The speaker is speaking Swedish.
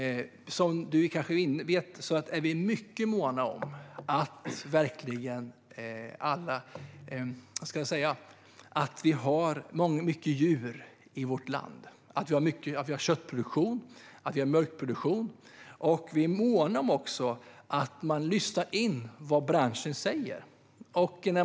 Som du kanske vet är vi mycket måna om att det ska finnas mycket djur i vårt land, att vi har köttproduktion, att vi har mjölkproduktion. Vi månar också om att man ska lyssna på vad branschen säger.